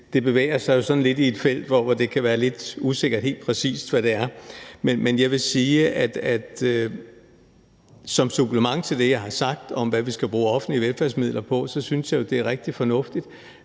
det bevæger sig sådan lidt i et felt, hvor det kan være lidt usikkert, hvad det helt præcis er, men jeg vil sige, at som supplement til det, jeg har sagt om, hvad vi skal bruge offentlige velfærdsydelser til, synes jeg, det er rigtig fornuftigt,